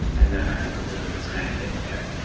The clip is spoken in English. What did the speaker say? and then, i think, a rhythm is, kind of, hit there.